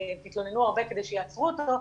תתלוננו הרבה כדי שיעצרו אותו,